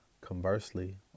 conversely